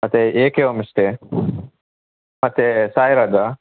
ಮತ್ತೆ A K homestay ಮತ್ತೆ ಸಾಯಿರಾಧಾ